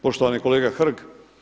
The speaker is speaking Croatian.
Poštovani kolega Hrg.